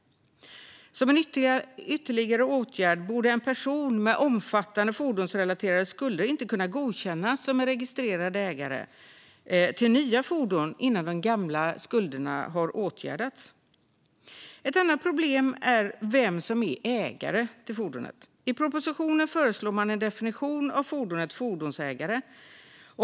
Som en ytterligare åtgärd borde en person med omfattande fordonsrelaterade skulder inte kunna godkännas som registrerad ägare till nya fordon innan de gamla skulderna har åtgärdats. Ett annat problem är vem som är ägare till fordonet. I propositionen föreslår man en definition av begreppet "fordonsägare".